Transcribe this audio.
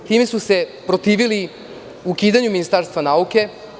Time su se protivili ukidanju Ministarstva nauke.